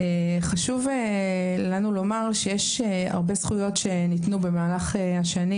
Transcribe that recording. חשוב לנו לומר שיש הרבה זכויות שניתנו במהלך השנים